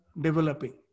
developing